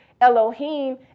Elohim